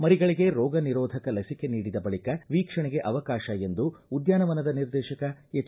ಮರಿಗಳಿಗೆ ರೋಗ ನಿರೋಧಕ ಲಸಿಕೆ ನೀಡಿದ ಬಳಿಕ ವೀಕ್ಷಣೆಗೆ ಅವಕಾಶ ಎಂದು ಉದ್ದಾನವನದ ನಿರ್ದೇತಕ ಎಚ್